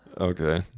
Okay